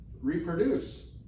reproduce